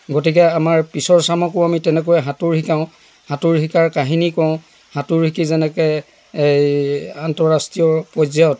গতিকে আমাৰ পিছৰ চামকো আমি তেনেকৈ সাঁতোৰ শিকাওঁ সাঁতোৰ শিকাৰ কাহিনী কওঁ সাঁতোৰ শিকি যেনেকৈ আন্তৰাষ্ট্ৰীয় পৰ্যায়ত